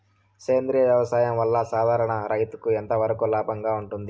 సేంద్రియ వ్యవసాయం వల్ల, సాధారణ రైతుకు ఎంతవరకు లాభంగా ఉంటుంది?